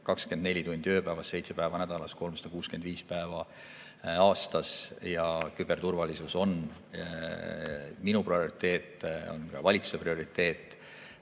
24 tundi ööpäevas, seitse päeva nädalas ja 365 päeva aastas. Küberturvalisus on minu prioriteet, see on ka valitsuse prioriteet.